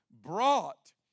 brought